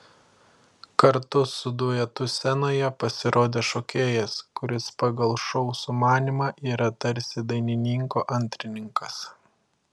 kartu su duetu scenoje pasirodė šokėjas kuris pagal šou sumanymą yra tarsi dainininko antrininkas